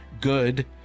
good